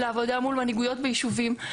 לעבודה מול מנהיגויות ביישובים,